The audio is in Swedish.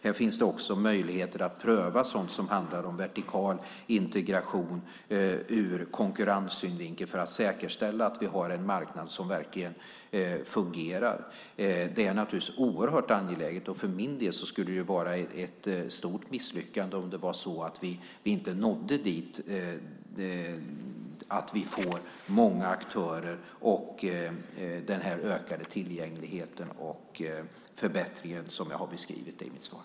Det finns också möjligheter att pröva sådant som handlar om vertikal integration ur konkurrenssynvinkel för att säkerställa att vi har en marknad som verkligen fungerar. Det är naturligtvis oerhört angeläget. För min del skulle det vara ett stort misslyckande om vi inte nådde dit att vi får många aktörer, den ökade tillgängligheten och förbättringen som jag har beskrivit i mitt svar.